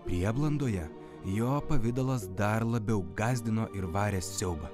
prieblandoje jo pavidalas dar labiau gąsdino ir varė siaubą